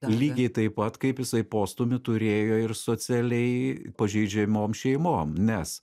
lygiai taip pat kaip jisai postūmį turėjo ir socialiai pažeidžiamom šeimom nes